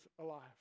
alive